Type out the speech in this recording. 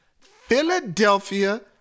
Philadelphia